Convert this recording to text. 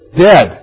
Dead